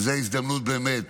וזו ההזדמנות באמת